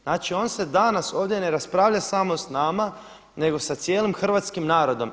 Znači on se danas ovdje ne raspravlja samo s nama nego sa cijelim hrvatskim narodom.